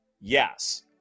Yes